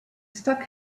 stuck